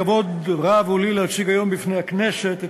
כבוד רב הוא לי להציג היום בפני הכנסת את